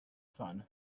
fun